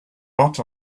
lot